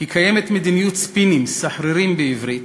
כי קיימת מדיניות ספינים, סחרירים בעברית,